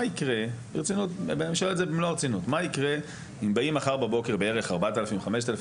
מה יקרה אם באים מחר בבוקר בערך 4,000 5,000